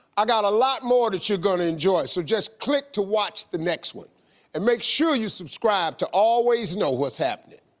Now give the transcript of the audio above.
i got a lot more that you're gonna enjoy, so just click to watch the next one and make sure you subscribe to always know what's happening.